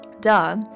duh